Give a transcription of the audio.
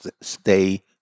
stay